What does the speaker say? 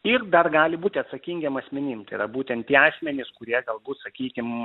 ir dar gali būti atsakingiem asmenim tai yra būtent tie asmenys kurie galbūt sakykim